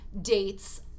dates